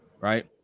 right